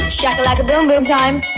like boom boom time.